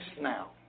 now